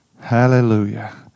Hallelujah